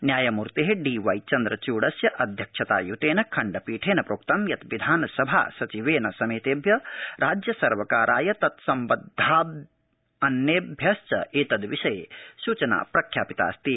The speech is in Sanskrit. न्यायमूर्ते डी वाई चन्द्रच्ड़स्य अध्यक्षताय्तेन खण्डपीठेन प्रोक्तं यत् विधानसभा सचिवेन समेतेभ्य राज्यसर्वकाराय तत्सम्बद्धान्येभ्यश्च एतदविषये सुचना प्रख्यापितास्ति